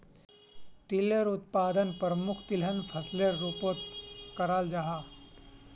तिलेर उत्पादन प्रमुख तिलहन फसलेर रूपोत कराल जाहा